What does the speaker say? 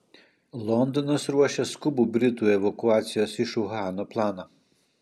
londonas ruošia skubų britų evakuacijos iš uhano planą